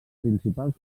principals